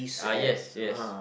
ah yes yes